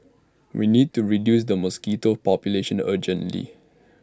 we need to reduce the mosquito population urgently